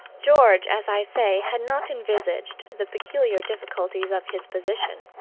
george, as i say, had not envisaged the peculiar difficulties of his position.